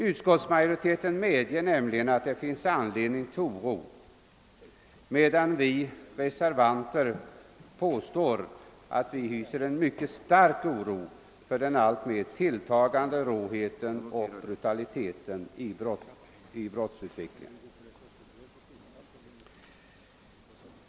Utskottsma Joriteten medger att det finns anledning till oro, medan vi reservanter uttalar att vi hyser en mycket stark oro för den tilltagande råheten och brutaliteten i brottsutvecklingen.